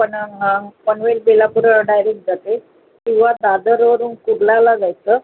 पण पनवेल बेलापूर डायरेक जाते किंवा दादरवरून कुर्ल्याला जायचं